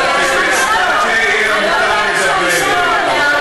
את יכולה, זה לא